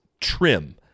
trim